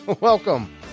welcome